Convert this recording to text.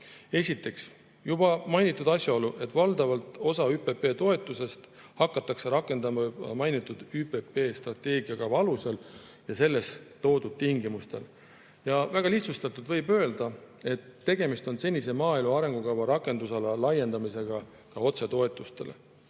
Esiteks juba mainitud asjaolu, et valdavat osa ÜPP toetustest hakatakse rakendama mainitud ÜPP strateegiakava alusel ja selles toodud tingimustel. Väga lihtsustatult võib öelda, et tegemist on senise maaelu arengukava rakendusala laiendamisega otsetoetustele.